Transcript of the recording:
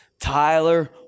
Tyler